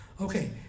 Okay